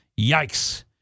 yikes